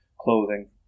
clothing